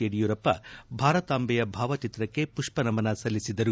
ಯಡಿಯೂರಪ್ಪ ಭಾರತಾಂಬೆಯ ಭಾವಚಿತ್ರಕ್ಕೆ ಪುಷ್ಪ ನಮನ ಸಲ್ಲಿಸಿದರು